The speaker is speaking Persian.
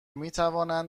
میتوانند